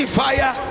fire